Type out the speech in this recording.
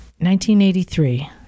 1983